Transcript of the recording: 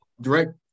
direct